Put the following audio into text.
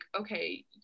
okay